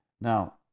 Now